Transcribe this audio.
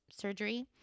surgery